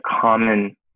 common